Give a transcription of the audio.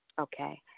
Okay